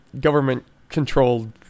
government-controlled